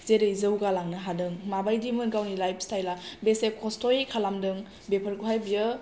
जेरै जौगालांनो हादों माबादि मोन गावनि लाइफ स्थाइल आ बेसे खस्थ'यै खालामदों बेफोरखौ हाय बियो